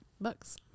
Books